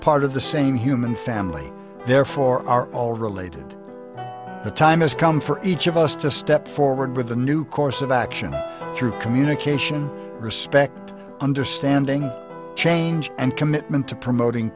part of the same human family therefore are all related the time has come for each of us to step forward with a new course of action through communication respect understanding change and commitment to promoting